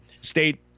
State